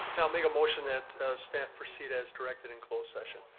i'll make a motion that staff proceed as directed in closed session.